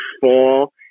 fall